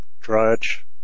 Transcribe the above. Drudge